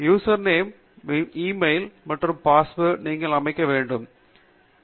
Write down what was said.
user name உங்கள் மின்னஞ்சல் email மற்றும் பாஸ்வேர்டு நீங்கள் அமைக்க முடியும்